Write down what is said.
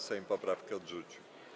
Sejm poprawkę odrzucił.